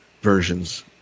versions